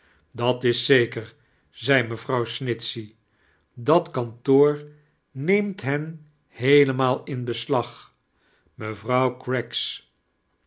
dat is zeker zei mevrouw snitchey dat kantoor neemt hen heelemaa l in beslag mevrouw craggs